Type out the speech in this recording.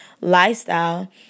lifestyle